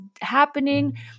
happening